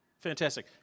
Fantastic